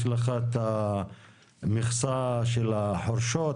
יש לך המכסה של החורשות,